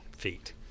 feet